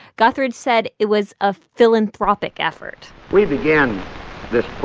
guthridge said it was a philanthropic effort we began this